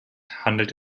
handelt